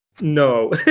No